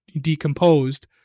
decomposed